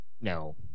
No